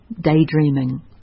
daydreaming